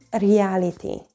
reality